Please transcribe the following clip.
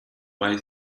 way